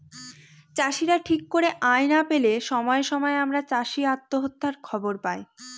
চাষীরা ঠিক করে আয় না পেলে সময়ে সময়ে আমরা চাষী আত্মহত্যার খবর পায়